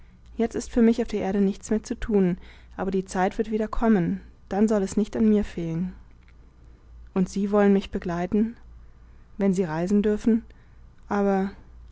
jetzt ist für mich auf der erde nichts mehr zu tun aber die zeit wird wieder kommen dann soll es nicht an mir fehlen und sie wollen mich begleiten wenn sie reisen dürfen aber